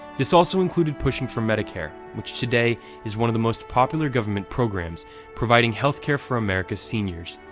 this also included pushing for medicare, which today is one of the most popular government programs providing healthcare for america's seniors.